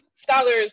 scholars